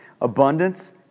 abundance